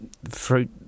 fruit